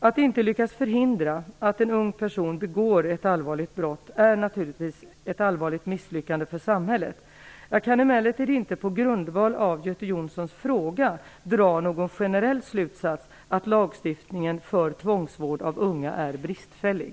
Att inte lyckas förhindra att en ung person begår ett allvarligt brott är naturligtvis ett allvarligt misslyckande för samhället. Jag kan emellertid inte på grundval av Göte Jonssons fråga dra någon generell slutsats att lagstiftningen för tvångsvård av unga är bristfällig.